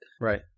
Right